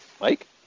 mike